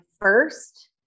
first